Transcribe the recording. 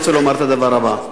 רוצה לומר את הדבר הבא.